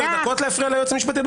את רוצה עשר דקות להפריע ליועץ המשפטי?